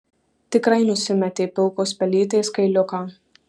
tikrai nusimetė pilkos pelytės kailiuką